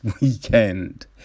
weekend